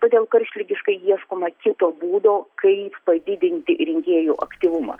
todėl karštligiškai ieškoma kito būdo kaip padidinti rinkėjų aktyvumą